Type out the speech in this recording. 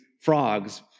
frogs